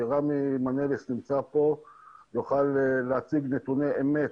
רמי מנליס נמצא פה ויוכל להציג נתוני אמת,